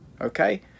okay